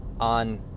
on